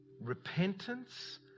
Repentance